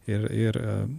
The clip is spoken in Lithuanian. ir ir